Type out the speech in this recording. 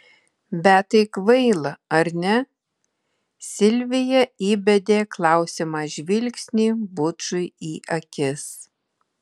bet tai kvaila ar ne silvija įbedė klausiamą žvilgsnį bučui į akis